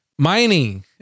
Mining